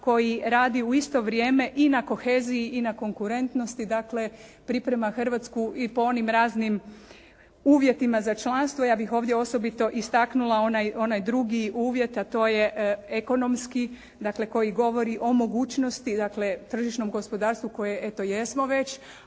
koji radi u isto vrijeme i na koheziji i na konkurentnosti. Dakle priprema Hrvatsku i po onim raznim uvjetima za članstvo. Ja bih ovdje osobito istaknula onaj, onaj drugi uvjet a to je ekonomski dakle koji govori o mogućnosti dakle tržišnom gospodarstvu koje eto jesmo već,